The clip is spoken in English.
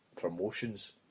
promotions